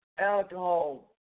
Alcohol